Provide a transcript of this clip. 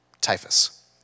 Typhus